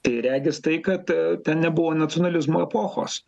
tai regis tai kad ten nebuvo nacionalizmo epochos